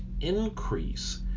increase